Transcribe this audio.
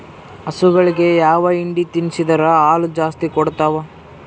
ಹಸುಗಳಿಗೆ ಯಾವ ಹಿಂಡಿ ತಿನ್ಸಿದರ ಹಾಲು ಜಾಸ್ತಿ ಕೊಡತಾವಾ?